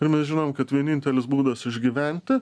ir mes žinom kad vienintelis būdas išgyventi